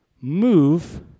move